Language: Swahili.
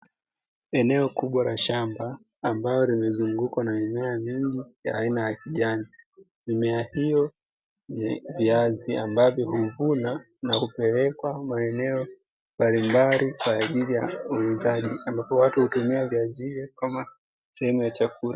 Eneo kubwa la shamba, ambalo limezungukwa na mimea mengi ya aina ya kijani. Mimea hiyo ni viazi ambavyo vimevunwa kupelekwa maeneo mbalimbali kwa ajili uuzaji, ambapo watu hutumia viazi hivyo kama sehemu ya chakula.